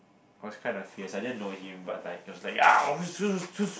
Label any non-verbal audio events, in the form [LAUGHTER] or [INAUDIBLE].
was kinda fierce I didn't know him but like he was like [NOISE] who's who's